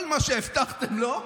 כל מה שהבטחתם לו,